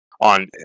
on